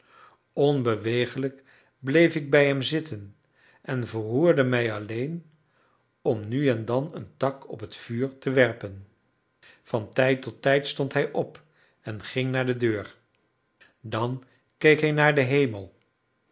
onbeweeglijk bleef ik bij hem zitten en verroerde mij alleen om nu en dan een tak op het vuur te werpen van tijd tot tijd stond hij op en ging naar de deur dan keek hij naar den hemel